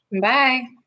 Bye